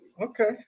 Okay